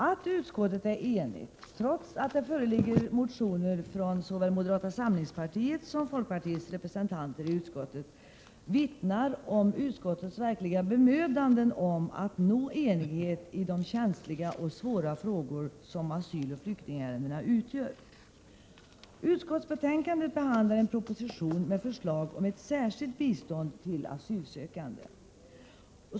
Att utskottet är enigt, trots att det föreligger motioner från såväl moderata samlingspartiets som folkpartiets representanter i utskottet, vittnar om utskottets bemödanden att verkligen nå enighet i de känsliga och svåra frågor som asyloch flyktingärenden utgör. Utskottsbetänkandet behandlar en proposition med förslag om särskilt bistånd till asylsökande.